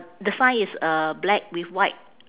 the sign is uh black with white